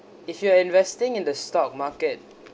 if you are investing in the stock market